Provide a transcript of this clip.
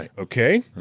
ah okay?